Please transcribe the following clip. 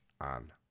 on